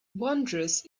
wondrous